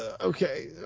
Okay